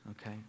okay